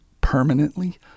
permanently